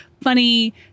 funny